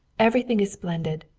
everything is splendid,